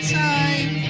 time